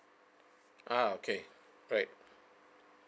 ah okay right